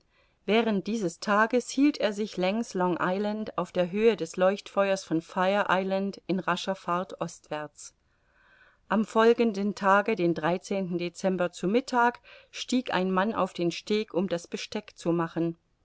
während dieses tages hielt er sich längs long island auf der höhe des leuchtfeuers von fire island in rascher fahrt ostwärts am folgenden tage den dezember zu mittag stieg ein mann auf den steg um das besteck zu machen